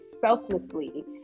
selflessly